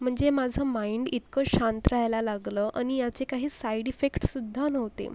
म्हणजे माझं माईंड इतकं शांत राहायला लागलं आणि याचे काही साईड इफेक्ट्ससुध्दा नव्हते